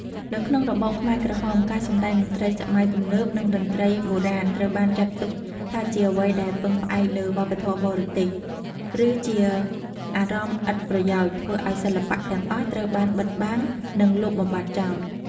នៅក្នុងរបបខ្មែរក្រហម ការសម្តែងតន្ត្រីសម័យទំនើប និងតន្ត្រីបុរាណ ត្រូវបានចាត់ទុកថាជាអ្វីដែលពឹងផ្អែកលើវប្បធម៌បរទេស ឬជាអារម្មណ៍ឥតប្រយោជន៍ ធ្វើឲ្យសិល្បៈទាំងអស់ត្រូវបានបិទបាំង និងលុបបំបាត់ចោល។